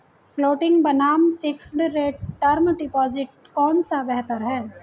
Floating बनाम fixed rate term deposit कौन सा बेहतर है?